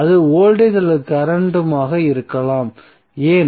அது வோல்டேஜ் அல்லது கரண்ட்மாக இருக்கலாம் ஏன்